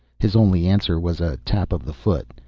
his only answer was a tap of the foot,